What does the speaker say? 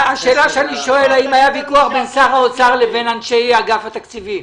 השאלה שאני שואל: האם היה ויכוח בין שר האוצר לבין אנשי אגף התקציבים?